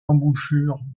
embouchure